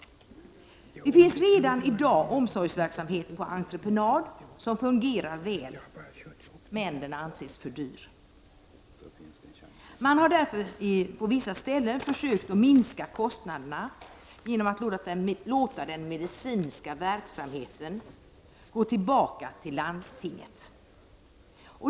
Det finns redan i dag omsorgsverksamheter på entreprenad som fungerar väl, men detta anses vara för dyrt. Man har därför på vissa ställen försökt minska kostnaderna genom att låta den medicinska verksamheten gå tillbaka till landstinget.